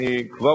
אני עוד